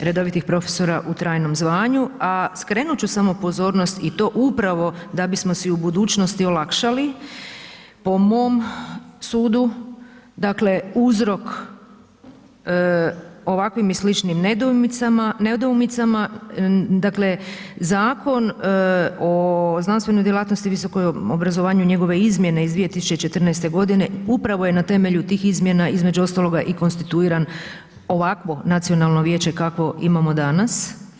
redovitih profesora u trajnom zvanju a skrenut ću samo pozornost i to upravo da bi smo si u budućnosti olakšali po mom sudu, dakle uzrok ovakvim i sličnim nedoumicama, dakle Zakon o znanstvenoj djelatnosti i visokom obrazovanju i njegove izmjene iz 2014. g. upravo je na temelju tih izmjena između ostaloga i konstituiran ovakvo nacionalno vijeće kakvo imamo danas.